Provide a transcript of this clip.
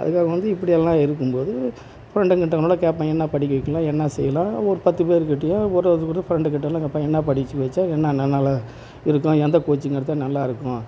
அதுக்காக வந்து இப்படியெல்லாம் இருக்கும் போது ஃபிரண்டுகள்கிட்ட கூட கேட்பேன் என்ன படிக்க வைக்கலாம் என்ன செய்யலாம் ஒரு பத்து பேர்கிட்டயும் ஒரு ஒரு ஃபிரண்டுகிட்டலாம் கேப்பேன் என்ன படிக்க வச்சால் என்ன நா நல்லா இருக்கும் எந்த கோச்சிங் எடுத்தால் நல்லாயிருக்கும்